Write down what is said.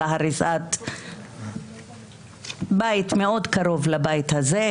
אלא הריסת בית שמאוד קרוב לבית הזה,